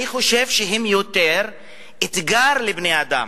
אני חושב שהם יותר אתגר לבני-אדם,